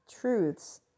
truths